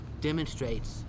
demonstrates